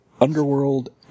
Underworld